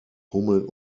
hummeln